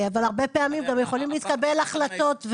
אבל הרבה פעמים יכולים גם להתקבל החלטות.